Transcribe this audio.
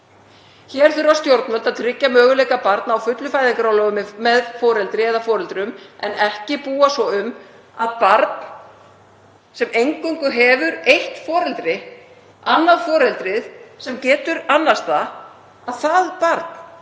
Hér þurfa stjórnvöld að tryggja möguleika barna á fullu fæðingarorlofi með foreldri eða foreldrum en ekki búa svo um að barn sem eingöngu hefur eitt foreldri, annað foreldrið, sem getur annast það njóti